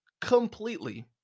completely